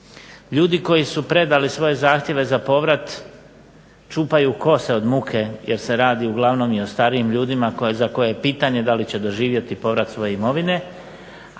Ljudi koji su predali svoje zahtjeve za povrat čupaju kosu od muke jer se radi uglavnom o starijim ljudima za koje je pitanje da li će doživjeti povrat svoje imovine,